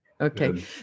Okay